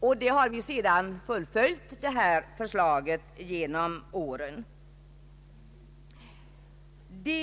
Vi har sedan fullföljt detta förslag genom åren i motioner till riksdagen.